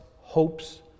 hopes